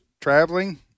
traveling